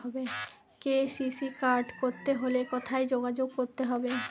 KCC card করতে হলে কোথায় যোগাযোগ করতে হবে?